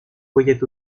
voyaient